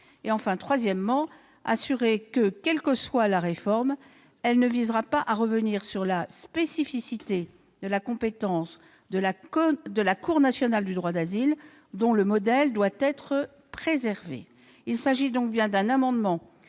; enfin, à garantir que, quelle que soit la réforme, celle-ci ne visera pas à revenir sur la spécificité de la compétence de la Cour nationale du droit d'asile, dont le modèle doit être préservé. Il s'agit donc d'un amendement